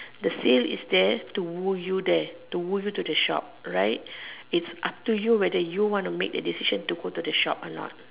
the sale is there to woo you there to woo you to the shop right it's up to you whether you want to make the decision to go to the shop or not